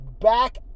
back